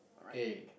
K